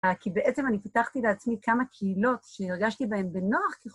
כי בעצם אני פיתחתי לעצמי כמה קהילות שהרגשתי בהן בנוח ככה.